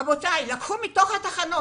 רבותיי, לקחו מתוך התחנות.